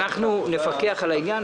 הם צריכים לדעת שאנחנו עוקבים אחרי זה.